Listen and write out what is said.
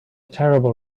terrible